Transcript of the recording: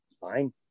Fine